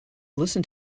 listen